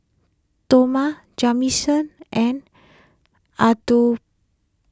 Toma Jamison and Adolph